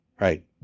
right